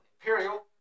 Imperial